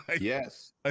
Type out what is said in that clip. yes